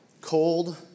Cold